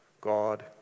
God